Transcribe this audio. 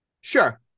Sure